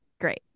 Great